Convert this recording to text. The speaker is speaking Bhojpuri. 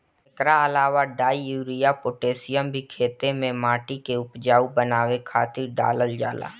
एकरा अलावा डाई, यूरिया, पोतेशियम भी खेते में माटी के उपजाऊ बनावे खातिर डालल जाला